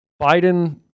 Biden